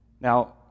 Now